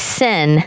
sin